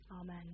Amen